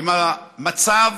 עם המצב